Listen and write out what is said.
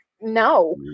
no